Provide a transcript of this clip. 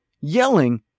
yelling